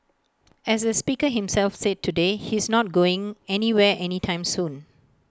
as the speaker himself said today he's not going anywhere any time soon